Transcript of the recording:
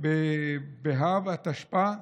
באב התשפ"ב,